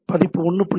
பதிப்பு 1